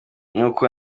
nuko